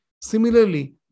Similarly